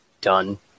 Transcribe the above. done